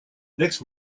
next